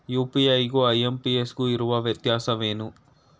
UPI ಗು IMPS ಗು ಇರುವ ವ್ಯತ್ಯಾಸವೇನು?